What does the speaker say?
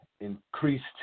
increased